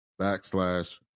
backslash